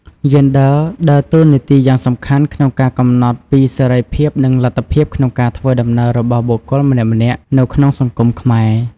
យេនដ័រដើរតួនាទីយ៉ាងសំខាន់ក្នុងការកំណត់ពីសេរីភាពនិងលទ្ធភាពក្នុងការធ្វើដំណើររបស់បុគ្គលម្នាក់ៗនៅក្នុងសង្គមខ្មែរ។